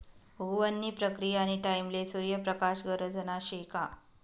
उगवण नी प्रक्रीयानी टाईमले सूर्य प्रकाश गरजना शे का